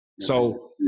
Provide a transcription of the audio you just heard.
So-